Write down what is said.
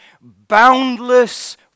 boundless